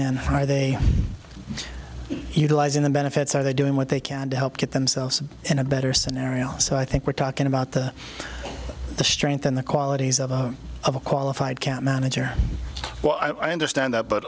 and are they utilizing the benefits are they doing what they can to help get themselves in a better scenario so i think we're talking about the the strength and the qualities of a qualified cap manager well i understand that but